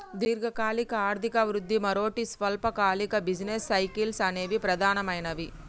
దీర్ఘకాలిక ఆర్థిక వృద్ధి, మరోటి స్వల్పకాలిక బిజినెస్ సైకిల్స్ అనేవి ప్రధానమైనవి